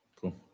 Cool